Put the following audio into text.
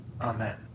amen